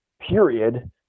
period –